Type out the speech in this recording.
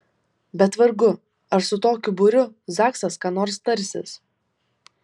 bet vargu ar su tokiu būriu zaksas ką nors tarsis